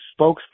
spokesperson